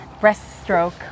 breaststroke